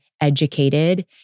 educated